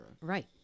Right